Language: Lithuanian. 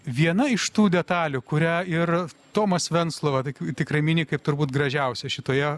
viena iš tų detalių kurią ir tomas venclova tai tikrai mini kaip turbūt gražiausia šitoje